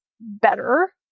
better